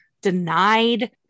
denied